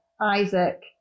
Isaac